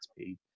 XP